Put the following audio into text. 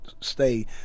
stay